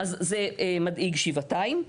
אז זה מדאיג שבעתיים.